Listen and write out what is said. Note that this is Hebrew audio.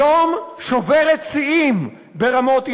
היום שוברת שיאים ברמות האי-שוויון: